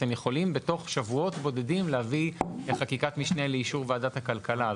אתם יכולים בתוך שבועות בודדים להביא חקיקת משנה לאישור ועדת הכלכלה.